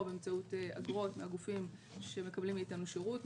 באמצעות אגרות מהגופים שמקבלים מאתנו שירות,